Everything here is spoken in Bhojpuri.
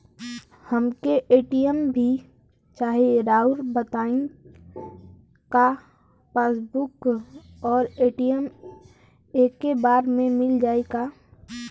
हमके ए.टी.एम भी चाही राउर बताई का पासबुक और ए.टी.एम एके बार में मील जाई का?